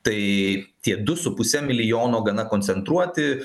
tai tie du su puse milijono gana koncentruoti